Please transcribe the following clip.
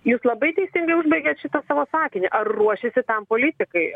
jūs labai teisingai užbaigėt šitą savo sakinį ar ruošiasi tam politikai